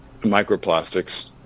microplastics